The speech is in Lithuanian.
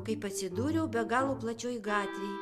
kaip atsidūriau be galo plačioj gatvėj